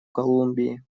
колумбии